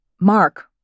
Mark